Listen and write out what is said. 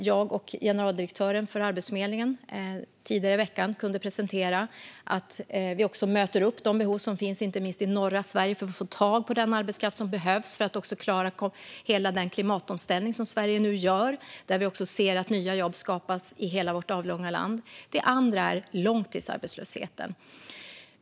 Jag och generaldirektören för Arbetsförmedlingen kunde tidigare i veckan presentera att vi också möter upp de behov som finns, inte minst i norra Sverige, för att få tag på den arbetskraft som behövs för att klara hela den klimatomställning som Sverige nu gör. Där ser vi att nya jobb skapas i hela vårt avlånga land. Det andra är långtidsarbetslösheten.